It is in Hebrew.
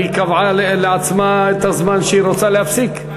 היא קבעה לעצמה את הזמן, שהיא רוצה להפסיק.